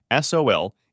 SOL